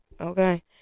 okay